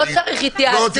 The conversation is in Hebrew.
לא צריך התייעצות.